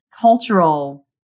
cultural